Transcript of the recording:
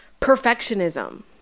Perfectionism